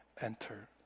enter